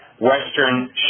Western